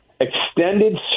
extended